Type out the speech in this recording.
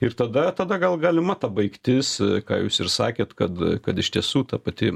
ir tada tada gal galima ta baigtis ką jūs ir sakėt kad kad iš tiesų ta pati